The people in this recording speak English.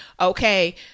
okay